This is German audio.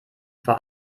vor